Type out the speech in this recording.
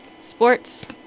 sports